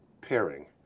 pairing